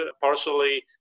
partially